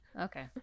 Okay